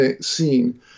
scene